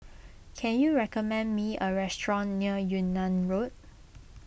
can you recommend me a restaurant near Yunnan Road